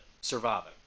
surviving